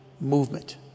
movement